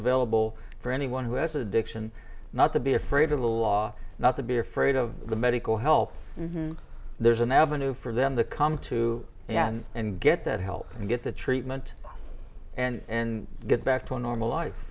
available for anyone who has addiction not to be afraid of the law not to be afraid of the medical health there's an avenue for them to come to us and get that help and get the treatment and get back to a normal life